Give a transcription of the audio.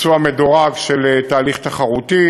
אנו נערכים לביצוע מדורג של תהליך תחרותי